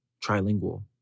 trilingual